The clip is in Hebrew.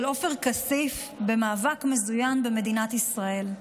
עופר כסיף במאבק מזוין במדינת ישראל.